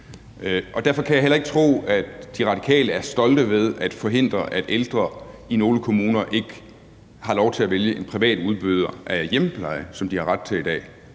Derfor kan jeg heller ikke tro, at De Radikale er stolte af at forhindre, at ældre i nogle kommuner har lov til at vælge en privat udbyder af hjemmepleje, som de har ret til i dag.